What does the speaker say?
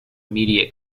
immediate